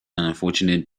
unfortunate